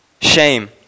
shame